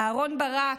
אהרן ברק,